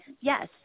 yes